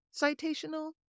citational